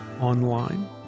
online